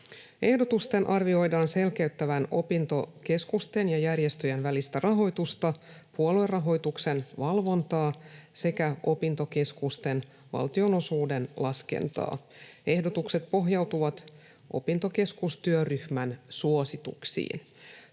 Ehdotusten arvioidaan selkeyttävän opintokeskusten ja järjestöjen välistä rahoitusta, puoluerahoituksen valvontaa sekä opintokeskusten valtionosuuden laskentaa. Ehdotukset pohjautuvat opintokeskustyöryhmän suosituksiin.